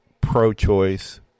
pro-choice